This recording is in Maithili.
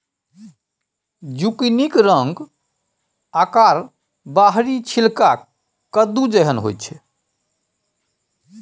जुकिनीक रंग आकार आओर बाहरी छिलका कद्दू जेहन होइत छै